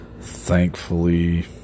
thankfully